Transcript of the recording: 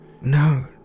No